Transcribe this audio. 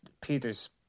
Peter's